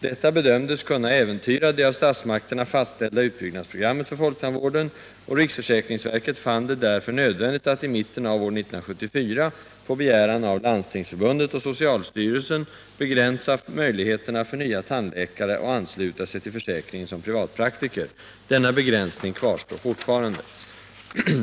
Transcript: Detta bedömdes kunna äventyra det av statsmakterna fastställda utbyggnadsprogrammet för folktandvården, och riksförsäkringsverket fann det därför nödvändigt att i mitten av år 1974 — på begäran av Landstingsförbundet och socialstyrelsen — begränsa möjligheterna för nya tandläkare att ansluta sig till försäkringen som privatpraktiker. Denna begränsning kvarstår fortfarande.